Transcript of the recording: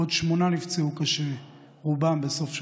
עוד שמונה נפצעו קשה, רובם בסוף השבוע.